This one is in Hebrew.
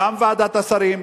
גם ועדת השרים,